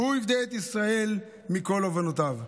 והוא יפדה את ישראל מכל עֲו‍ֹנֹתיו".